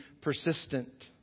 persistent